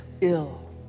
ill